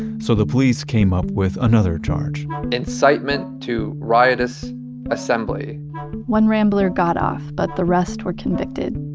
so the police came up with another charge incitement to riotous assembly one ramblers got off, but the rest were convicted.